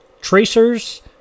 Tracers